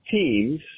teams